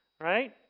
right